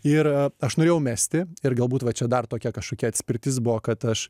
ir aš norėjau mesti ir galbūt va čia dar tokia kažkokia atspirtis buvo kad aš